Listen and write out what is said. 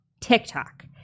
TikTok